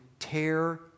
Tear